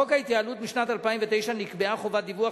בחוק ההתייעלות משנת 2009 נקבעה חובת דיווח